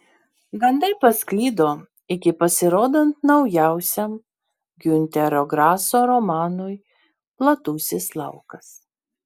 gandai pasklido iki pasirodant naujausiam giunterio graso romanui platusis laukas